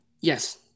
Yes